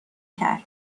کرد